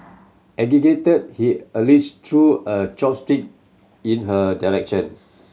agitated he allege threw a chopstick in her direction